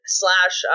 slash